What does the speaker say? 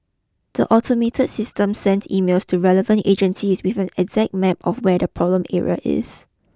the automated system sends emails to relevant agencies with an exact map of where the problem area is